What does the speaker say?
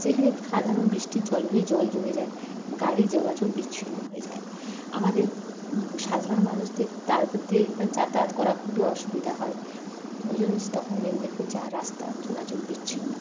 সেখানে সাধারণ বৃষ্টির জল হলেই জল জমে যায় গাড়ি যোগাযোগ বিছিন্ন হয়ে যায় আমাদের সাধারণ মানুষদের তার ওপর দিয়ে যাতায়াত করা খুবই অসুবিধা হয় ওই জন্যই তখন মেদিনীপুর যাওয়ার রাস্তা যোগাযোগ বিচ্ছিন্ন